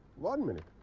one minute.